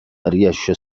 riesce